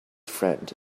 friend